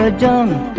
ah down